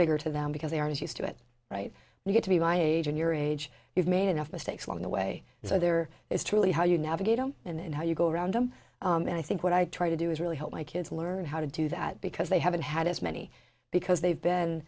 bigger to them because they aren't used to it right you get to be my age and your age you've made enough mistakes along the way so there is truly how you navigate and how you go around them and i think what i try to do is really help my kids learn how to do that because they haven't had as many because they've been